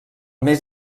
més